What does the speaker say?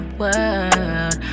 world